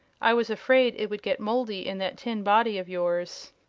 i was afraid it would get moldy in that tin body of yours.